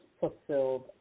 fulfilled